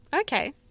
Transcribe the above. okay